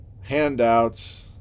handouts